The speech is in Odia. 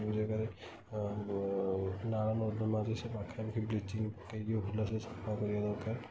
ଯେଉଁ ଯାଗାରେ ନାଳନର୍ଦ୍ଦମାରେ ସେ ପାଖରେ ବ୍ଲିଚିଂ ପକାଇକି ଭଲରେ ସଫା କରିବା ଦରକାର